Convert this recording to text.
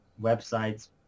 websites